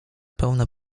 pełne